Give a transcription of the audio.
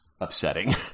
upsetting